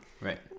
right